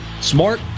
smart